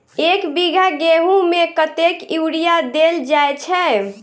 एक बीघा गेंहूँ मे कतेक यूरिया देल जाय छै?